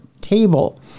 table